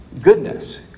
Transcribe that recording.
goodness